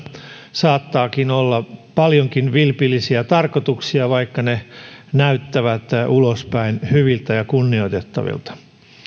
saattaakin olla paljonkin vilpillisiä tarkoituksia vaikka ne näyttävät ulospäin hyviltä ja kunnioitettavilta